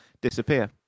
disappear